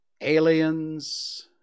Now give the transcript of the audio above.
Aliens